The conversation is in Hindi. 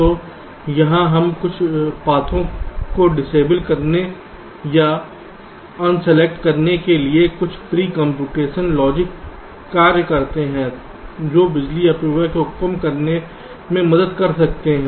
तो यहाँ हम कुछ पथों को डिसएबल करने या अन सेलेक्ट करने के लिए कुछ प्री कंप्यूटेशन लॉजिक कार्य करते हैं जो बिजली अपव्यय को कम करने में मदद कर सकते हैं